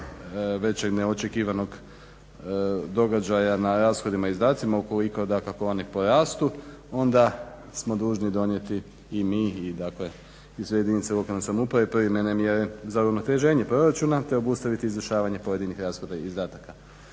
većeg neočekivanog događaja na rashodima i izdacima, ukoliko dakako oni porastu onda smo dužni donijeti i mi i sve jedinice lokalne samouprave privremene mjere za uravnoteženje proračuna te obustaviti izvršavanje pojedinih rashoda i izdataka.